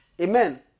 Amen